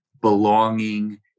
belonging